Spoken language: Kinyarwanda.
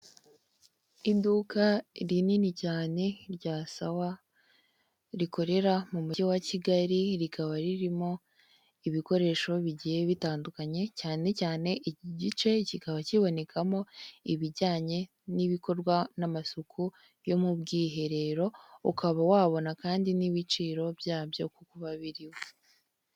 Iduka rinini cyane rya sawa, rikorera mu mujyi wa Kigali, rikaba ririmo ibikoresho bigiye bitandukanye cyane cyane igice kikaba kibonekamo ibijyanye n'ibikorwa n'amasuku yo mu bwiherero, ukaba wabona kandi n'ibiciro byabyo kuko biba biriho.